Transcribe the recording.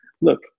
look